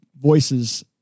voices